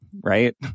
right